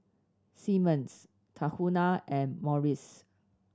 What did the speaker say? Simmons Tahuna and Morries